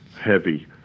heavy